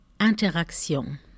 Interaction